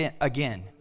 again